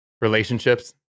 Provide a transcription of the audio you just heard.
relationships